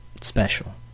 Special